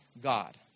God